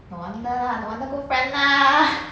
no wonder lah no wonder good friend lah